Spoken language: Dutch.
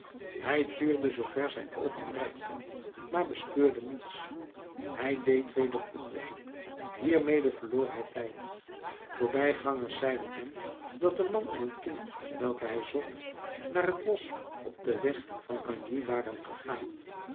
hij tuurde zoo ver zijn oogen reikten maar bespeurde niets hij deed weder onderzoek hiermede verloor hij tijd voorbijgangers zeiden hem dat de man en het kind welke hij zocht naar t bosch op den weg van gagny waren gegaan